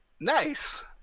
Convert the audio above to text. Nice